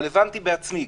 אבל הבנתי בעצמי,